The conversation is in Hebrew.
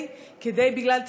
בגלל,